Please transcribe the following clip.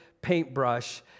paintbrush